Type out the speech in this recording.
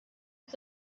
دوس